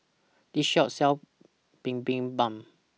This Shop sells Bibimbap